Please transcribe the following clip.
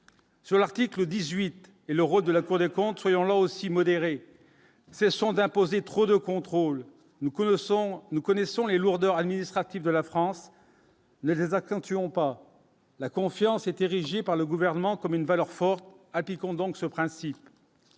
sur l'article 18 et le rôle de la Cour des comptes, soyons là aussi modéré, cessons d'imposer trop de contrôle nous le son, nous connaissons les lourdeurs administratives de la France, les actions qui ont pas la confiance est érigé par le gouvernement comme une valeur forte appliquons donc ce principe